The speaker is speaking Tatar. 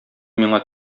миңа